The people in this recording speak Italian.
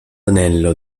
anello